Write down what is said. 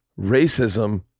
racism